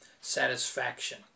satisfaction